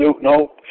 no